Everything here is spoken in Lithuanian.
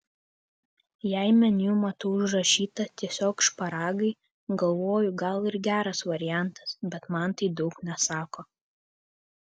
jei meniu matau užrašyta tiesiog šparagai galvoju gal ir geras variantas bet man tai daug nesako